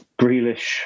Grealish